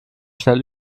schnell